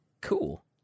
Cool